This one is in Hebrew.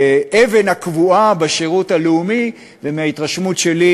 האבן הקבועה בשירות הלאומי, ומההתרשמות שלי,